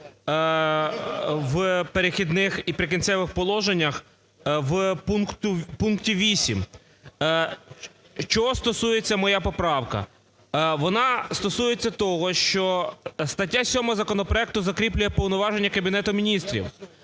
в "Перехідних і прикінцевих положеннях" в пункті 8. Чого стосується моя поправка. Вона стосується того, що стаття 7 законопроекту закріплює повноваження Кабінету Міністрів.